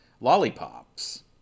lollipops